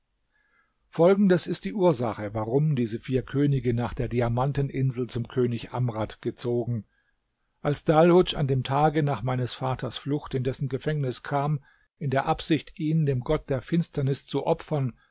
folgendes ist die ursache warum diese vier könige nach der diamanteninsel zum könig amrad gezogen als dalhudsch an dem tage nach meines vaters flucht in dessen gefängnis kam in der absicht ihn dem gott der finsternis zu opfern